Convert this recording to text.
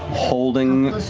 holding